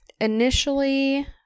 initially